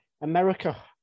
America